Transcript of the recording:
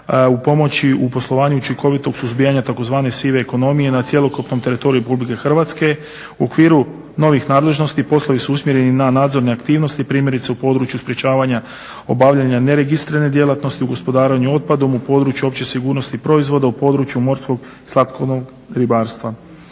u pomoći i poslovanju učinkovitog suzbijanja tzv. sive ekonomije na cjelokupnom teritoriju RH. U okviru novih nadležnosti poslovi su usmjereni na nadzorne aktivnosti primjerice u području sprečavanja obavljanja neregistrirane djelatnosti u gospodarenju otpadom u području opće sigurnosti proizvoda u području morskog slatkovodnog ribarstva.